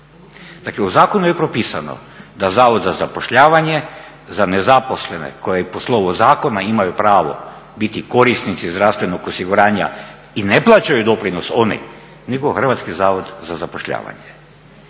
Dakle u zakonu je propisano da Zavod za zapošljavanje za nezaposlene koji po slovu zakona imaju pravo biti korisnici zdravstvenog osiguranja i ne plaćaju doprinos oni nego Hrvatski zavod za zapošljavanje.